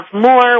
more